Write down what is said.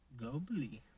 Globally